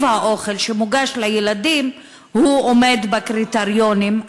האוכל שמוגש לילדים עומדים בקריטריונים.